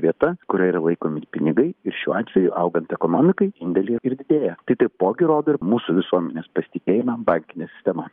vieta kurioj yra laikomi pinigai ir šiuo atveju augant ekonomikai indėliai ir didėja tai taipogi rodo ir mūsų visuomenės pasitikėjimą bankine sistema